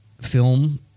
film